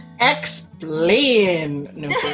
Explain